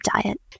diet